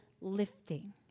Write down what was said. lifting